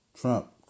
Trump